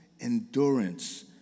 endurance